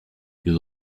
you